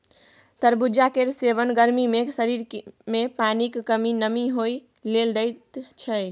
तरबुजा केर सेबन गर्मी मे शरीर मे पानिक कमी नहि होइ लेल दैत छै